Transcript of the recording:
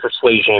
persuasion